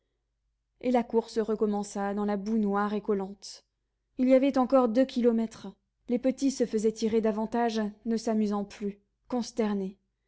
et la course recommença dans la boue noire et collante il y avait encore deux kilomètres les petits se faisaient tirer davantage ne s'amusant plus consternés